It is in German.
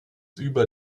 über